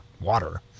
water